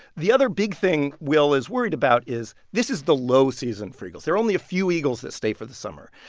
the other big thing will is worried about is this is the low season for eagles. there are only a few eagles that stay for the summer.